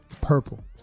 purple